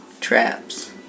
traps